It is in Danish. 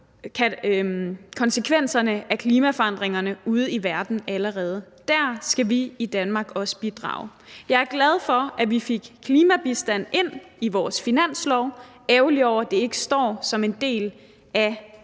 konsekvenserne af klimaforandringerne ude i verden. Der skal vi i Danmark også bidrage. Jeg er glad for, at vi fik klimabistand ind i vores finanslov, men ærgerlig over, at det ikke står som en del af